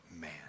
man